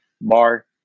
bar